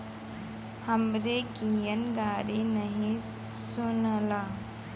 हमरे कियन रागी नही सुनाला